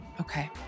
Okay